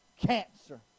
cancer